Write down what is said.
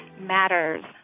Matters